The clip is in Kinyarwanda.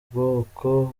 bwoko